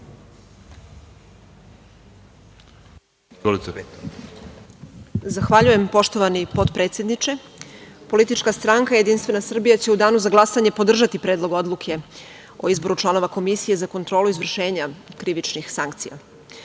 Zahvaljujem, poštovani potpredsedniče. Politička stranka Jedinstvena Srbija će u danu za glasanje podržati Predlog odluke o izboru članova Komisije za kontrolu izvršenja krivičnih